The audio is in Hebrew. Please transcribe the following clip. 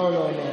לא, לא.